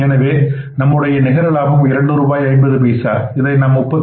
எனவே நம்முடைய நிகர லாபம் 2 ரூபாய் 50 பைசா இதை நாம் 33